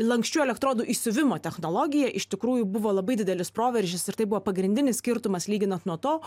lanksčių elektrodų įsiuvimo technologija iš tikrųjų buvo labai didelis proveržis ir tai buvo pagrindinis skirtumas lyginant nuo to